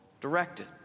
directed